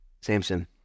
Samson